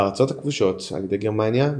בארצות הכבושות על ידי גרמניה,